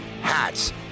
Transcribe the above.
hats